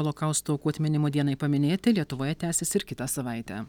holokausto aukų atminimo dienai paminėti lietuvoje tęsis ir kitą savaitę